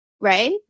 Right